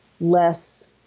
less